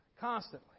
Constantly